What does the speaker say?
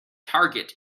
target